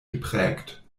geprägt